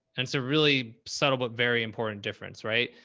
and so really subtle, but very important difference. right?